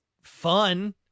fun